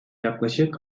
yaklaşık